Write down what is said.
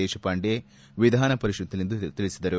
ದೇಶಪಾಂಡೆ ವಿಧಾನಪರಿಷತ್ತಿನಲ್ಲಿಂದು ತಿಳಿಸಿದರು